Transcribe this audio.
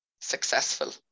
successful